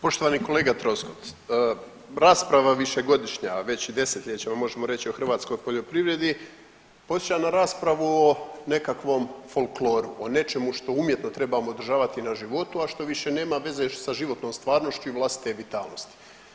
Poštovani kolega Troskot, rasprava višegodišnja već desetljećima možemo reći o hrvatskoj poljoprivredi podsjeća na raspravu o nekakvom folkloru, o nečemu što umjetno trebamo održavati na životu, a što više nema veze sa životnom stvarnošću i vlastite vitalnosti.